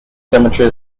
cemetery